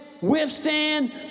withstand